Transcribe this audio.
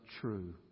true